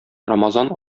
рамазан